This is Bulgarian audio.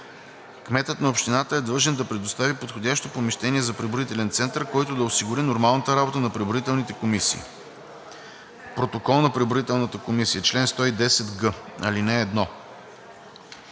Кметът на общината е длъжен да предостави подходящо помещение за преброителен център, който да осигури нормалната работа на преброителните комисии. Протокол на преброителната комисия. Чл. 110г. (1)